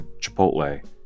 Chipotle